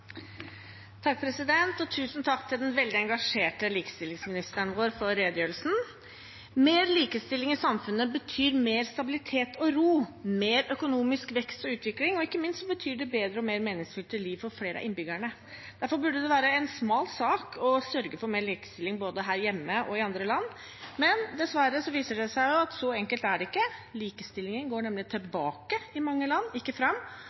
redegjørelsen. Mer likestilling i samfunnet betyr mer stabilitet og ro, mer økonomisk vekst og utvikling, og ikke minst betyr det et bedre og mer meningsfylt liv for flere av innbyggerne. Derfor burde det være en smal sak å sørge for mer likestilling både her hjemme og i andre land. Men dessverre viser det seg at så enkelt er det ikke. Likestillingen går nemlig tilbake i mange land, ikke fram.